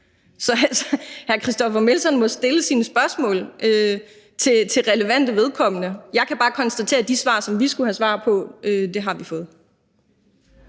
Så hr. Christoffer Aagaard Melson må stille sine spørgsmål til relevante vedkommende. Jeg kan bare konstatere, at de svar, som vi skulle have, har vi fået.